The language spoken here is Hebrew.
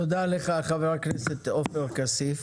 תודה לך חברי הכנסת עופר כסיף.